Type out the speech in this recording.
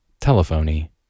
telephony